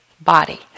body